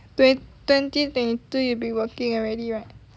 twen~ twenty twenty two you'll be working already right